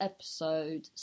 Episode